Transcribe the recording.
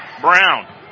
Brown